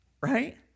right